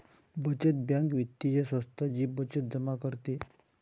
बचत बँक वित्तीय संस्था जी बचत जमा करते